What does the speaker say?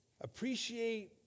appreciate